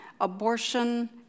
abortion